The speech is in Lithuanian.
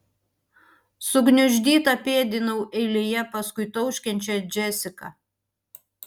sugniuždyta pėdinau eilėje paskui tauškiančią džesiką